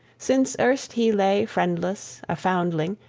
since erst he lay friendless, a foundling,